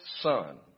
son